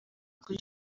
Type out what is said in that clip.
kuri